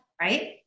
right